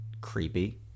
creepy